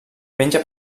menja